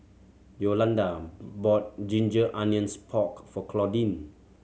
Yolanda bought ginger onions pork for Claudine